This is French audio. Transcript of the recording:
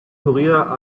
courir